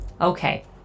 Okay